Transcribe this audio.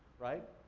right?